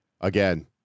again